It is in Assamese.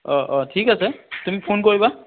অঁ অঁ ঠিক আছে তুমি ফোন কৰিবা